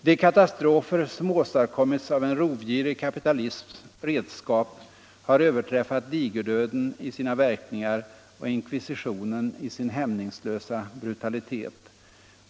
De katastrofer som åstadkommits av en rovgirig kapitalisms redskap har överträffat digerdöden i sina verkningar och inkvisitionen i sin hämningslösa brutalitet.